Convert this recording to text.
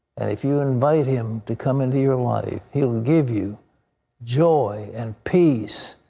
and if you invite him to come into your life, he'll give you joy and peace